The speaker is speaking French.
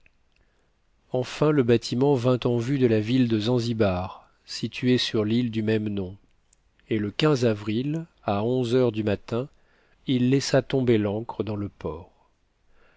enfin le bâtiment vint en vue de la ville de zanzibar située sur l'île du même nom et le avril à onze heures du matin l laissa tomber l'ancre dans le port